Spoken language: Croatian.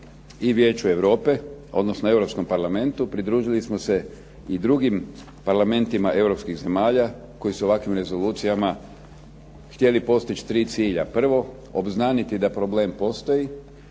i Vijeću Europe, odnosno Europskom parlamentu, pridružili smo se i drugim parlamentima europskih zemalja koji su ovakvim rezolucijama htjeli postići 3 cilja. Prvo, obznaniti da problem postoji,